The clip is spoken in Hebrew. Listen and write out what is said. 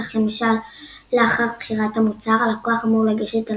כך למשל לאחר בחירת המוצר הלקוח אמור לגשת אל